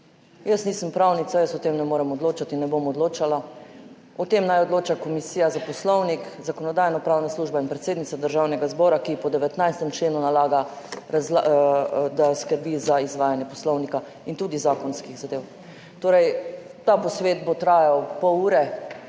Jaz nisem pravnica, jaz o tem ne morem odločati in ne bom odločala. O tem naj odloča Komisija za poslovnik, Zakonodajno-pravna služba in predsednica Državnega zbora, ki po 19. členu nalaga, da skrbi za izvajanje Poslovnika in tudi zakonskih zadev. Torej, ta posvet bo trajal pol ure.